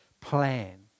plan